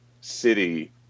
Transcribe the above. city